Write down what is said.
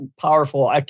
powerful